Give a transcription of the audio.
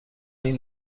این